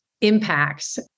impacts